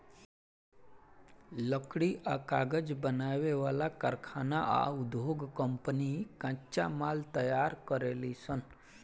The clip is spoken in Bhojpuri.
लकड़ी आ कागज बनावे वाला कारखाना आ उधोग कम्पनी कच्चा माल तैयार करेलीसन